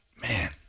man